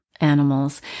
animals